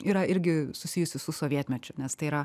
yra irgi susijusi su sovietmečiu nes tai yra